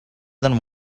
than